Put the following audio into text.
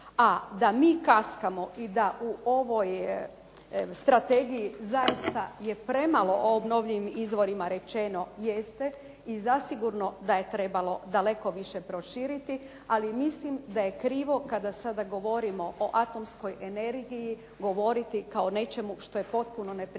a da mi kaskamo i da u ovoj strategiji zaista je premalo o obnovljivim izvorima rečeno jeste i zasigurno da je trebalo daleko više proširiti ali mislim da je krivo kada sada govorimo o atomskoj energiji govoriti kao o nečemu što je potpuno neprihvatljivo.